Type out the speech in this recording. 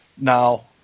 Now